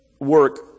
work